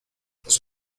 los